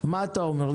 מה אתה אומר?